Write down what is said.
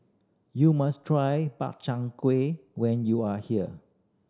you must try Makchang Gui when you are here